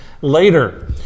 later